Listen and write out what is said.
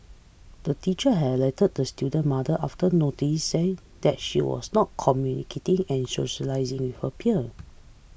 her teacher had alerted the student mother after noticing that she was not communicating and socialising with her peer